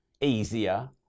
easier